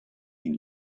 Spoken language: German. ihn